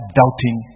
doubting